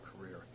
career